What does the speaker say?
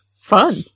Fun